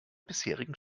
bisherigen